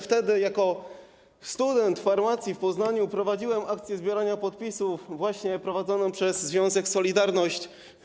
Wtedy jako student farmacji w Poznaniu prowadziłem akcję zbierania podpisów, prowadzoną przez związek „Solidarność”